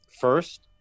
First